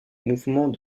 mouvements